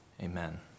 Amen